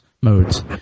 modes